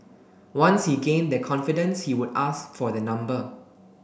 once he gained their confidence he would ask for their number